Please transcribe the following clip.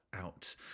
out